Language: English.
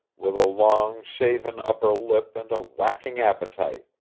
with a long, shaven upper lip and a whacking appetite,